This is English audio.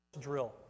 drill